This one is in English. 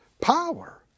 power